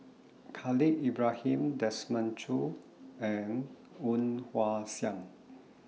Khalil Ibrahim Desmond Choo and Woon Wah Siang